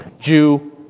Jew